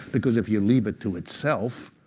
because if you leave it to itself,